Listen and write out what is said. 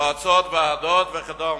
מועצות, ועדות וכדומה.